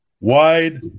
wide